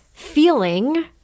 feeling